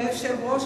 אדוני היושב-ראש,